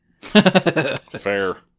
Fair